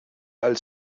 als